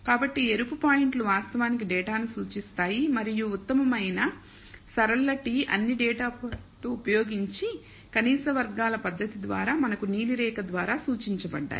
కాబట్టి ఎరుపు పాయింట్లు వాస్తవానికి డేటాను సూచిస్తాయి మరియు ఉత్తమమైన సరళ t అన్ని డేటా పాయింట్లు ఉపయోగించి కనీస వర్గాల పద్ధతి ద్వారా మనకు నీలి రేఖ ద్వారా సూచించబడ్డాయి